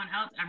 else